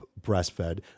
breastfed